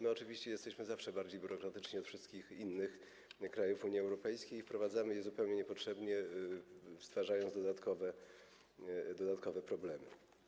My oczywiście jesteśmy zawsze bardziej biurokratyczni od wszystkich innych krajów Unii Europejskiej i wprowadzamy je zupełnie niepotrzebnie, stwarzając dodatkowe problemy.